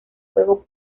fuego